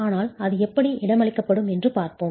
ஆனால் அது எப்படி இடமளிக்கப்படும் என்று பார்ப்போம்